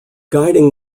guiding